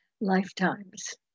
lifetimes